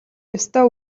ёстой